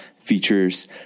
features